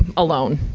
alone.